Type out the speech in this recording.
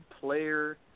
player